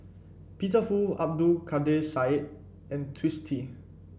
Peter Fu Abdul Kadir Syed and Twisstii